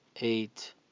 eight